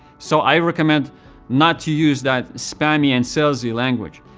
so i recommend not to use that spammy and salesy language.